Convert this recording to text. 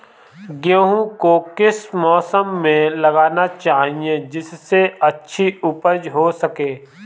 गेहूँ को किस मौसम में लगाना चाहिए जिससे अच्छी उपज हो सके?